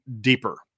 deeper